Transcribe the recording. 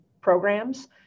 programs